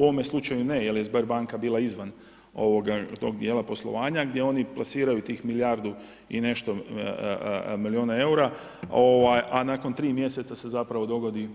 U ovome slučaju ne, jer je SBER banka bila izvan tog dijela poslovanja, gdje oni plasiraju tih milijardu i nešto milijuna eura, a nakon tri mjeseca se zapravo dogodi